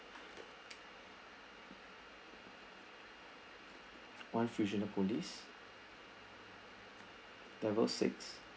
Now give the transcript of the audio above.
one fusionopolis level six